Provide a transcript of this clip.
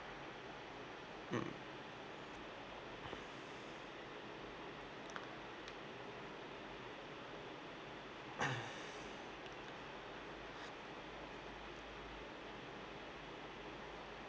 mm